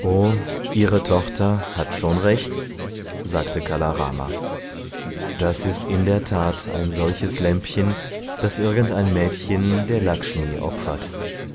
o ihre tochter hat schon recht sagte kala rama das ist in der tat ein solches lämpchen das irgendein mädchen der